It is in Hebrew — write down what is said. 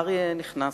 אריה נכנס,